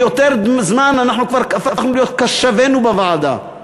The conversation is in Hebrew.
ויותר מדי זמן אנחנו כבר הפכנו להיות קַשָּׁבֵנוּ בוועדה.